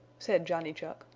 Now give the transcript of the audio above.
said johnny chuck,